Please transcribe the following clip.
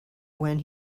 when